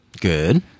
Good